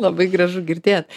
labai gražu girdėt